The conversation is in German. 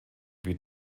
wie